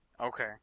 Okay